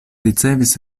ricevis